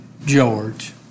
George